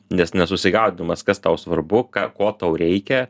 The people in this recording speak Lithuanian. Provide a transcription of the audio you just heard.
nes nesusigaudydamas kas tau svarbu ką ko tau reikia